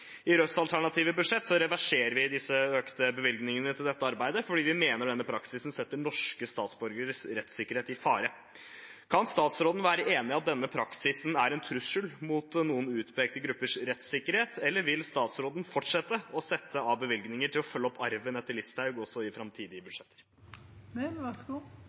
I Rødts alternative budsjett reverserer vi disse økte bevilgningene til dette arbeidet fordi vi mener denne praksisen setter norske statsborgeres rettssikkerhet i fare. Kan statsråden være enig i at denne praksisen er en trussel mot noen utpekte gruppers rettssikkerhet, eller vil statsråden fortsette å sette av bevilgninger til å følge opp arven etter Listhaug også i framtidige